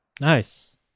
Nice